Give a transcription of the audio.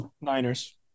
Niners